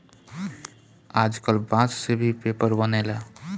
आजकल बांस से भी पेपर बनेला